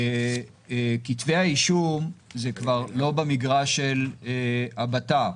כתבי האישום זה כבר לא במגרש של הבט"פ.